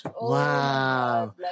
Wow